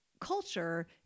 culture